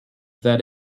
that